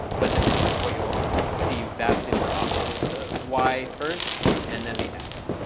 but this is what you'll see vastly more often is the y first and then the x.